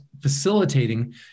facilitating